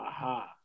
Aha